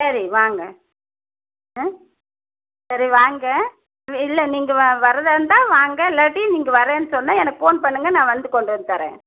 சரி வாங்க ஆ சரி வாங்க இல்லை இல்லை நீங்க வா வரதாக இருந்தால் வாங்க இல்லாட்டி நீங்கள் வரேன்னு சொன்னால் எனக்கு போன் பண்ணுங்கள் நான் வந்து கொண்டு வந்து தரேன்